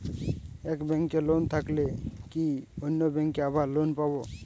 এক ব্যাঙ্কে লোন থাকলে কি অন্য ব্যাঙ্কে আবার লোন পাব?